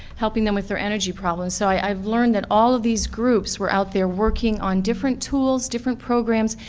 helping them with their energy problems, so i've learned that all of these groups were out there working on different tools, different programs,